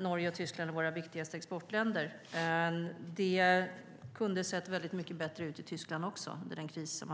Norge och Tyskland är våra viktigaste exportländer. Det kunde ha sett bättre ut i Tyskland under den gångna krisen.